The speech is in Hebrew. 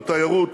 בתיירות